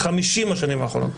ב- 50 השנים האחרונות,